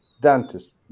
dentist